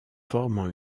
formant